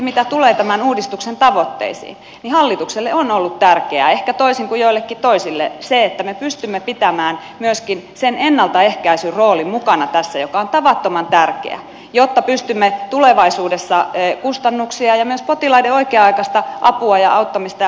mitä sitten tulee tämän uudistuksen tavoitteisiin niin hallitukselle on ollut tärkeää ehkä toisin kuin joillekin toisille se että me pystymme pitämään mukana tässä myöskin sen ennaltaehkäisyn roolin joka on tavattoman tärkeä jotta pystymme tulevaisuudessa kustannuksia karsimaan ja myös potilaiden oikea aikaista apua ja auttamista ja hoitoa tekemään